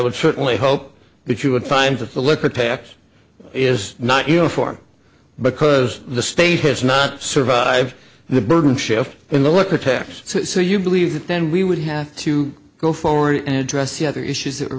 would certainly hope that you would find that the liquor tax is not uniform because the state has not survived the burden shifts in the look or tax so you believe that then we would have to go forward and address the other issues that